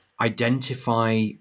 identify